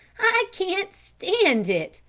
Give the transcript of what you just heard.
i can't stand it!